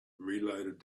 reloaded